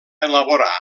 elaborar